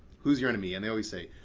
who's your enemy? and they always say,